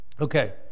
Okay